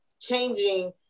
changing